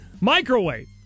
microwave